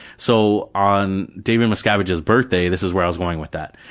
so on david miscaviage's birthday, this is where i was going with that,